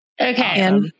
Okay